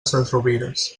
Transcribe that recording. sesrovires